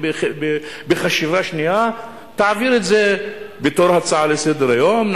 בחשיבה שנייה תעביר את זה בתור הצעה לסדר-היום,